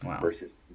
versus